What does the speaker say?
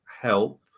help